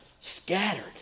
scattered